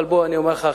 אבל בוא אני אומר לך,